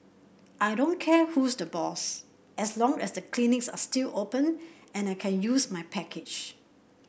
I don't care who's the boss as long as the clinics are still open and I can use my package